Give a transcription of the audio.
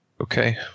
Okay